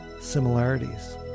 similarities